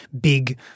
big